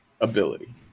ability